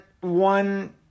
One